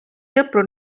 sõpru